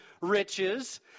riches